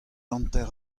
hanter